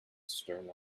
stern